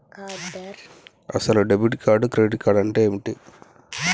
అసలు debit card credit card అంటే ఏంది?